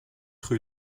rue